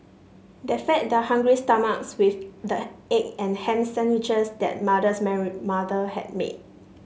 they fed their hungry stomachs with the egg and ham sandwiches that mother's Mary mother had made